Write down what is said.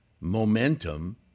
momentum